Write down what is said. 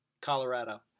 Colorado